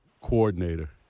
coordinator